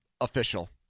official